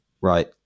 Right